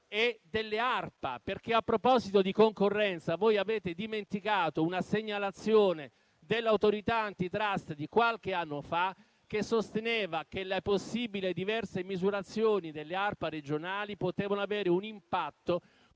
e delle ARPA. A proposito di concorrenza, voi avete dimenticato una segnalazione dell'Autorità *antitrust* di qualche anno fa che sosteneva che le possibili e diverse misurazioni delle ARPA regionali potevano avere un impatto